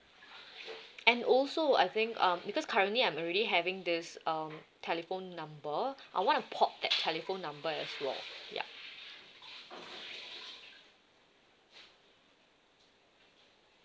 and also I think uh because currently I'm already having this um telephone number I want to port that telephone number as well ya